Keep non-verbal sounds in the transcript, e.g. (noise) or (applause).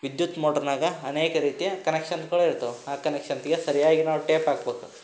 ವಿದ್ಯುತ್ ಮೋಟ್ರ್ನಾಗೆ ಅನೇಕ ರೀತಿಯ ಕನೆಕ್ಷನ್ಗಳು ಇರ್ತವೆ ಆ ಕನೆಕ್ಷನ್ (unintelligible) ಸರಿಯಾಗಿ ನಾವು ಟೇಪ್ ಹಾಕ್ಬೇಕು